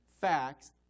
facts